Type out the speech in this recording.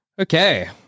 Okay